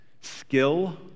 skill